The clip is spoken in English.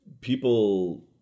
people